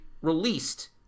released